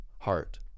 heart